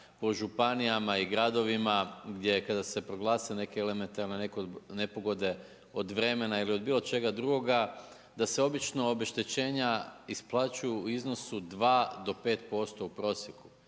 po županijama i gradovima gdje kada se je proglasila neke elementarne nepogode, od vremena ili bilo čega drugoga, da se obično obeštećenja isplaćuju u iznosu 2-5% u prosjeku.